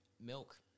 Milk